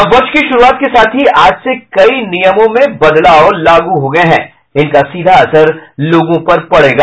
नव वर्ष की शुरूआत के साथ ही आज से कई नियमों में बदलाव लागू हो गये हैं जिनका सीधा असर लोगों पर पड़ेगा